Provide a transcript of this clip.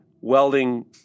welding